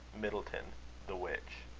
middleton the witch.